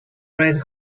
red